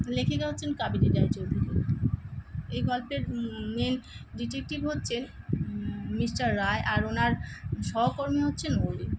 লেখিকা হচ্ছেন কাবেরী রায়চৌধুরী এই গল্পের মেন ডিটেক্টিভ হচ্ছেন মিস্টার রায় আর ওনার সহকর্মী হচ্ছেন অলি